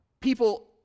people